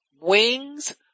Wings